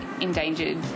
endangered